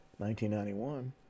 1991